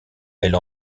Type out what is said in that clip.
elle